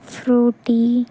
fruity